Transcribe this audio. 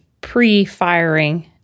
pre-firing